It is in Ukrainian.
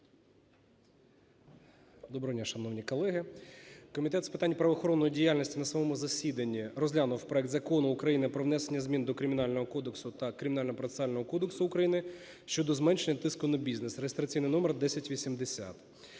Доброго дня, шановні колеги! Комітет з питань правоохоронної діяльності на своєму засіданні розглянув проект Закону України про внесення змін до Кримінального кодексу та Кримінально-процесуального кодексу України щодо зменшення тиску на бізнес (реєстраційний номер 1080).